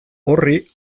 horri